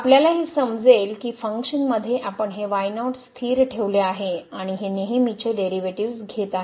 आपल्याला हे समजेल की फंक्शनमध्ये आपण हे y0 स्थिर ठेवले आहे आणि हे नेहमीचे डेरिव्हेटिव्हज घेत आहे